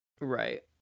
Right